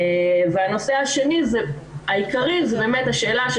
הנושא השני העיקרי זה באמת השאלה של